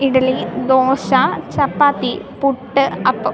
ഇഡലി ദോശ ചപ്പാത്തി പുട്ട് അപ്പം